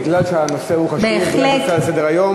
כי הנושא חשוב ונמצא על סדר-היום.